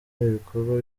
ibikorwa